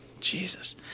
Jesus